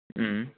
उम्